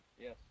yes